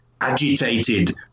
agitated